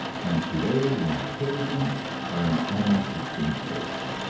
and today the marquesans are an almost extinct race.